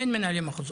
אין מנהלי מחוזות,